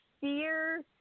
fear